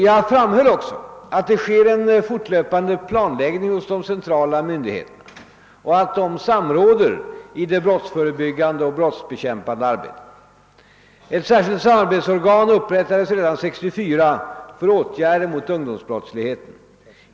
Jag framhöll också att det sker en fortlöpande planläggning hos de centrala myndigheterna och att de samråder i det brottsförebyggande och brottsbekämpande arbetet. Ett särskilt samarbetsorgan upprättades redan 1964 för åtgärder mot ungdomsbrottsligheten.